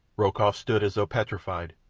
rokoff stood as though petrified,